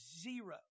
zero